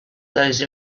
those